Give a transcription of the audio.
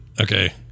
Okay